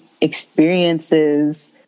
experiences